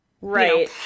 right